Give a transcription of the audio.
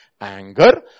Anger